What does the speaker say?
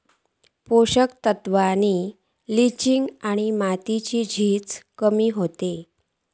पोषक तत्त्वांची लिंचिंग आणि मातीची झीज कमी होता